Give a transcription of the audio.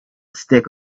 stick